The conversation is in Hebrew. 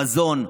המזון,